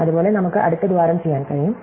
അതുപോലെ നമുക്ക് അടുത്ത ദ്വാരം ചെയ്യാൻ കഴിയും